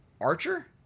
Archer